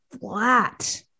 flat